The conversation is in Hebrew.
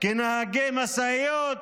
כנהגי משאיות,